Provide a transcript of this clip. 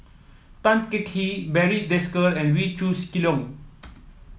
Tan Teng Kee Barry Desker and Wee Leong